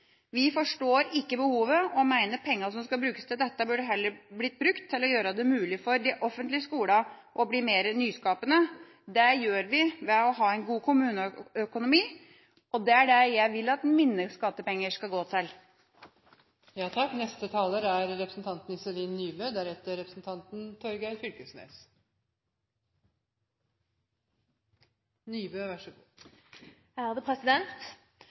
Vi forstår ikke behovet og mener pengene som skal brukes til dette, heller burde blitt brukt til å gjøre det mulig for de offentlige skolene å bli mer nyskapende. Det gjør vi ved å ha en god kommuneøkonomi, og det er det jeg vil at mine skattepenger skal gå